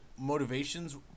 motivations